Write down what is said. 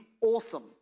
awesome